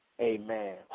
Amen